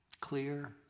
clear